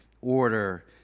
order